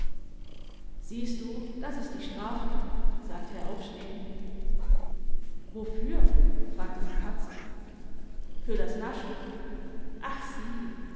siehst du das ist die strafe sagte er aufstehend wofür fragte sie patzig für das naschen ach sie